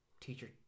teacher